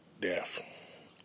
death